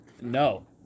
no